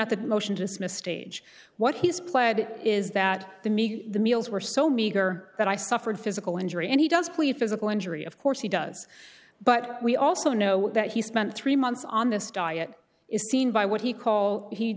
at the motion to dismiss stage what he's pled is that the meet the meals were so meager that i suffered physical injury and he does plead physical injury of course he does but we also know that he spent three months on this diet is seen by what he call he